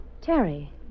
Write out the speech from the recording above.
Terry